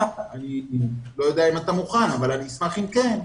אני אשמח אם כן,